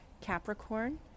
Capricorn